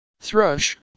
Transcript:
Thrush